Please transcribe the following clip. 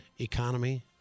economy